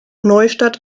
neustadt